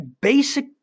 basic